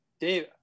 Dave